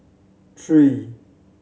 three